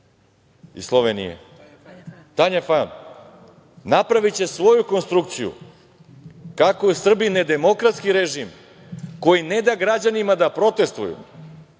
iz Slovenije, Tanja Fajon, napraviće svoju konstrukciju kako je u Srbiji nedemokratski režim koji ne da građanima da protestuju,